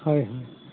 হয় হয়